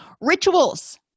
Rituals